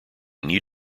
knee